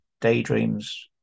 daydreams